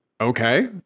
Okay